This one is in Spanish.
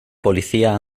policía